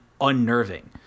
unnerving